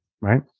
right